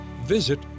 Visit